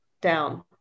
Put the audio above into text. down